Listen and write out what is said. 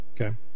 Okay